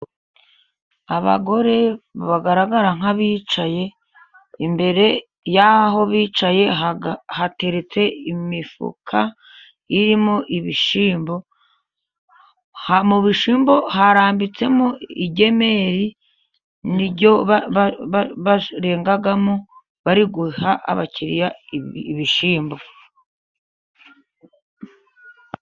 Abagore bagaragara nk'abicaye, imbere y'aho bicaye hateretse imifuka irimo ibishyimbo. Mu bishyimbo harambitsemo igemeri ni yo barengamo bari guha abakiriya ibishyimbo.